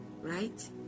right